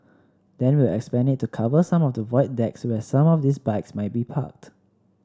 then we'll expand it to cover some of the Void Decks where some of these bikes may be parked